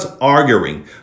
arguing